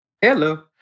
Hello